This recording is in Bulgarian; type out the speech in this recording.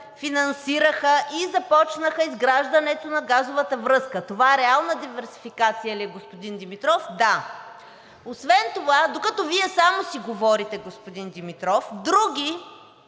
финансираха и започнаха изграждането на газовата връзка. Това реална диверсификация ли е, господин Димитров? Да. Освен това, докато Вие само си говорите, господин Димитров, други